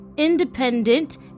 independent